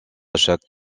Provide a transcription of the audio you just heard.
chaque